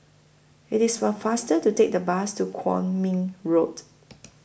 IT IS faster to Take The Bus to Kwong Min Road